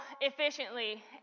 efficiently